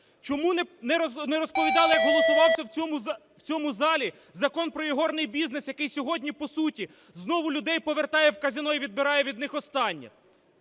Чому не розповідали, як голосувався в цьому залі Закон про ігорний бізнес, який сьогодні по суті знову людей повертає в казино і відбирає від них останнє?